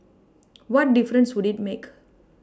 what difference would it make